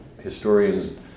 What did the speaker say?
historians